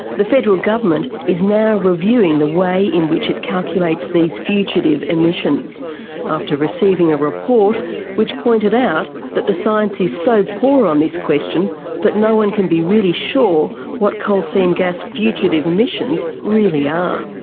the federal government is now reviewing the way in which it calculates these fugitive emissions after receiving a report which pointed out that the science is so poor on this question that no one can be really sure what coal seam gas fugitive emissions really are.